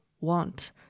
want